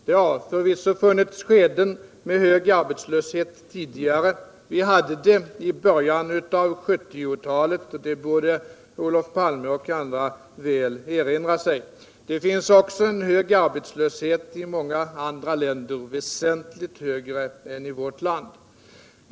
Det har förvisso funnits skeden med hög arbetslöshet tidigare, t.ex. i början av 1970-talet, vilket Olof Palme och andra torde erinra sig. Det finns också en väsentligt högre arbetslöshet i många andra länder än i vårt land.